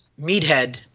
meathead